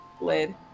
lid